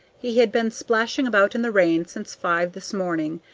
he had been splashing about in the rain since five this morning,